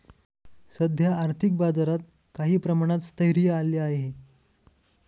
सध्या आर्थिक बाजारात काही प्रमाणात स्थैर्य आले आहे